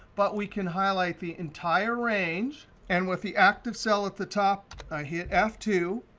but we can highlight the entire range and, with the active cell at the top, i hit f two,